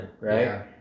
right